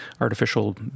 artificial